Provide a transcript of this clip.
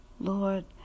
Lord